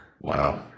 Wow